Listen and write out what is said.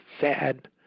sad